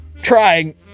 Trying